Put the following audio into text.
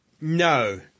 No